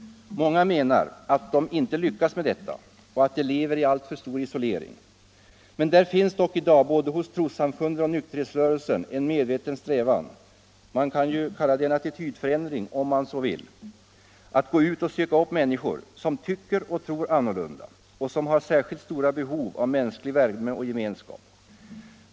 Många menar att de inte lyckas med uetta och att de lever i alltför stor isolering. Men där finns dock i dag både hos trossamfunden och hos nykterhetsrörelsen en medveten strävan — man kan kalla det en attitydförändring om man så vill — att gå ut och söka upp människor som tycker och tror annorlunda och som har särskilt stora behov av mänsklig värme och gemenskap.